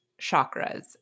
chakras